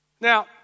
Now